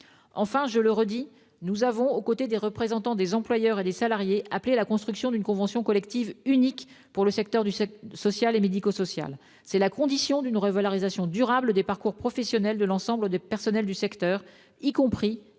Enfin, je le redis, nous avons, aux côtés des représentants des employeurs et des salariés, appelé à la construction d'une convention collective unique pour le secteur social et médico-social. C'est la condition d'une revalorisation durable des parcours professionnels de l'ensemble des personnels du secteur, y compris techniques